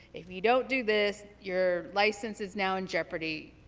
if you don't do this, your license is now in jeopardy,